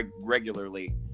regularly